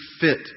fit